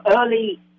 early